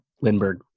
Lindbergh